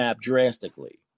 drastically